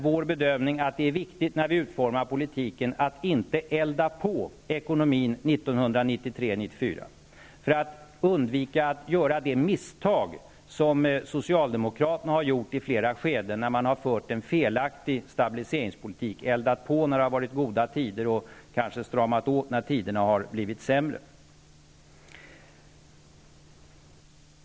Vår bedömning är då att det är viktigt att inte ''elda på'' ekonomin 1993/94, för att undvika att göra de misstag socialdemokraterna har gjort i flera skeden, när de har fört en felaktig stabiliseringspolitik. De har eldat på när det har varit goda tider och kanske stramat åt när tiderna har blivit sämre.